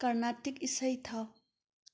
ꯀꯔꯅꯥꯇꯤꯛ ꯏꯁꯩ ꯊꯥꯎ